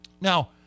Now